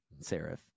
serif